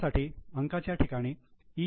त्यासाठी अंकाच्या ठिकाणी ई